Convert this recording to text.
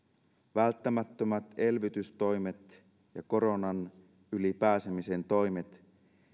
välttämättömät elvytystoimet ja koronan yli pääsemisen toimet